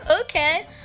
Okay